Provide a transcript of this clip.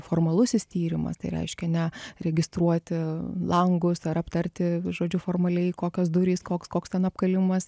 formalusis tyrimas tai reiškia ne registruoti langus ar aptarti žodžiu formaliai kokios durys koks koks ten apkalimas